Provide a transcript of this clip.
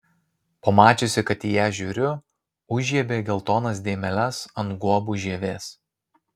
pamačiusi kad į ją žiūriu užžiebė geltonas dėmeles ant guobų žievės